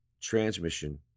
transmission